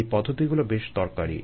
এই পদ্ধতিগুলো বেশ দরকারী